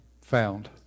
found